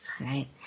right